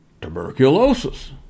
Tuberculosis